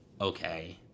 okay